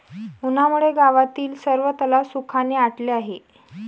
उन्हामुळे गावातील सर्व तलाव सुखाने आटले आहेत